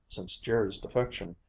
since jerry's defection,